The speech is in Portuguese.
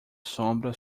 sombra